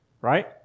right